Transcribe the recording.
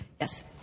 Yes